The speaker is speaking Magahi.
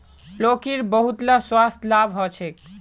लौकीर बहुतला स्वास्थ्य लाभ ह छेक